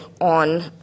on